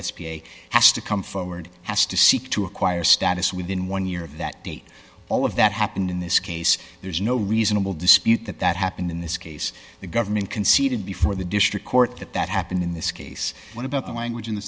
a has to come forward has to seek to acquire status within one year of that date all of that happened in this case there's no reasonable dispute that that happened in this case the government conceded before the district court that that happened in this case one of the language in the